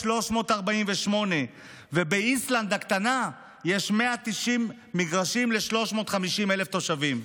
348 ובאיסלנד הקטנה יש 190 מגרשים ל-350,000 תושבים.